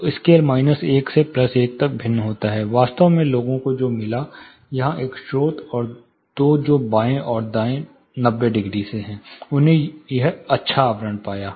तो scale minus 1 से plus 1 तक भिन्न होता है वास्तव में लोगों को जो मिला था यहाँ एक स्रोत और दो जो बाएँ और दाएँ 90 डिग्री से हैं उन्होंने एक अच्छा आवरण पाया